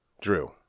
Drew